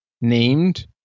named